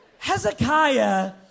Hezekiah